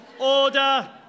order